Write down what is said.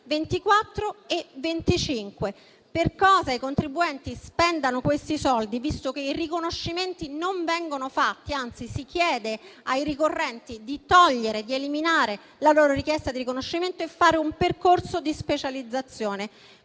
2024 e 2025. Per cosa i contribuenti spendono questi soldi, visto che i riconoscimenti non vengono fatti? Anzi, si chiede ai ricorrenti di togliere ed eliminare la loro richiesta di riconoscimento e fare un percorso di specializzazione,